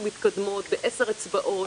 לעומת מקצועות אחרים,